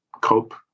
cope